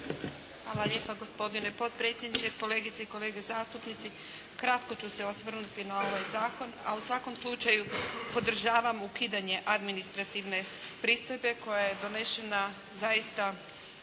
Hvala lijepa gospodine potpredsjedniče, kolegice i kolege zastupnici. Kratko ću se osvrnuti na ovaj zakon, a u svakom slučaju podržavam ukidanje administrativne pristojbe koja je donesena zaista